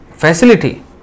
Facility